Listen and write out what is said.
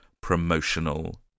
promotional